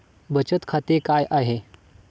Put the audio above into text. बचत खाते काय आहे?